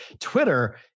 Twitter